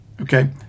Okay